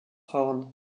horn